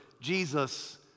Jesus